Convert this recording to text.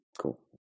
Cool